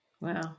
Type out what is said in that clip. wow